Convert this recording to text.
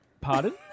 Pardon